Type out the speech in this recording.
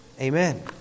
Amen